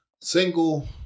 single